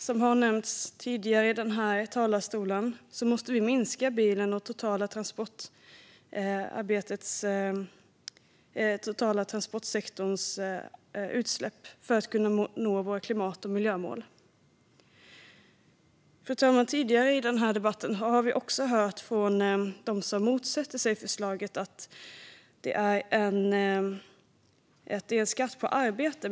Som har nämnts tidigare i talarstolen måste vi minska bilens och den totala transportsektorns utsläpp för att nå våra klimat och miljömål. Fru talman! Tidigare i debatten har vi också hört, från dem som motsätter sig förslaget, att det är en skatt på arbete.